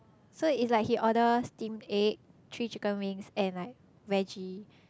so it's like he order steam egg three chicken wings and like veggie